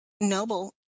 noble